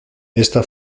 esta